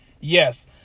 Yes